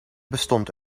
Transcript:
bestond